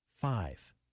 five